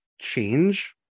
change